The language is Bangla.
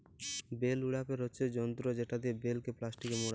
বেল উড়াপের হচ্যে যন্ত্র যেটা লিয়ে বেলকে প্লাস্টিকে মড়া হ্যয়